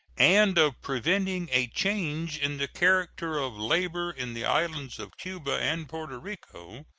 and of preventing a change in the character of labor in the islands of cuba and porto rico,